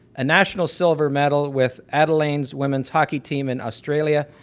a national silver medal with adelaine's women's hockey team in australia,